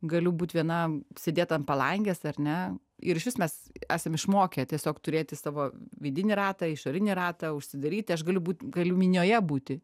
galiu būt viena sėdėt ant palangės ar ne ir išvis mes esam išmokę tiesiog turėti savo vidinį ratą išorinį ratą užsidaryti aš galiu būt galiu minioje būti